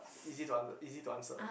easy to under easy to answer